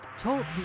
talk